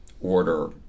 order